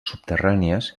subterrànies